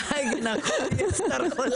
הצבעה בעד, 5 נגד, 9 נמנעים, אין לא אושר.